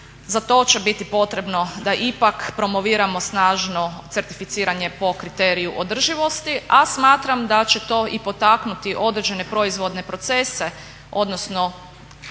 za to će biti potrebno da ipak promoviramo snažno certificiranje po kriteriju održivosti. A smatram da će to i potaknuti određene proizvodne procese, odnosno